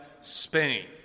Spain